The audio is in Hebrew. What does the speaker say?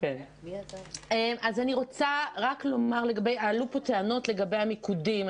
עלו פה טענות לגבי המיקודים.